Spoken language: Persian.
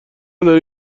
داری